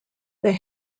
they